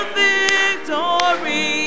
victory